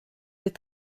des